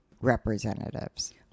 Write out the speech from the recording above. representatives